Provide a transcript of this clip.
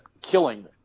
killing